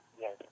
yes